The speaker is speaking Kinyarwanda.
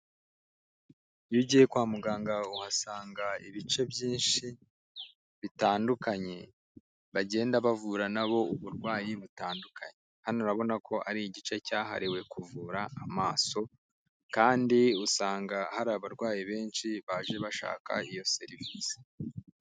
Iyo ugiye kwa muganga uhasanga ibice byinshi bitandukanye, bagenda bavura nabo uburwayi butandukanye, hano urabona ko ari igice cyahariwe kuvura amaso, kandi usanga hari abarwayi benshi baje bashaka iyo serivisi.